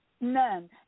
none